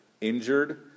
injured